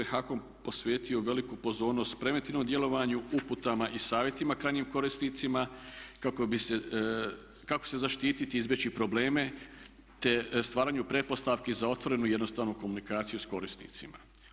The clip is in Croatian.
HAKOM je posvetio veliku pozornost preventivnom djelovanju, uputama i savjetima krajnjim korisnicima kako se zaštititi, izbjeći probleme, te stvaranju pretpostavki za otvorenu i jednostavnu komunikaciju s korisnicima.